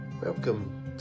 Welcome